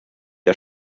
der